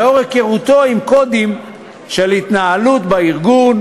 לאור היכרותו עם קודים של התנהלות בארגון,